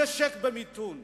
המשק במיתון,